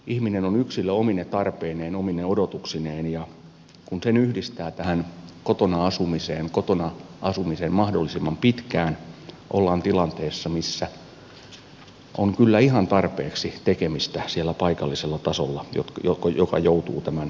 ihminen on yksilö omine tarpeineen omine odotuksineen ja kun sen yhdistää tähän kotona asumiseen kotona asumiseen mahdollisimman pitkään ollaan tilanteessa missä on kyllä ihan tarpeeksi tekemistä siellä paikallisella tasolla joka joutuu tämän lain soveltamaan